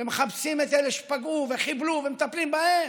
מחפשים את אלה שפגעו וחיבלו ומטפלים בהם.